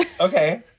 Okay